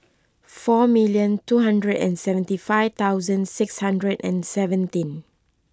four million two hundred and seventy five thousand six hundred and seventeen